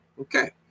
okay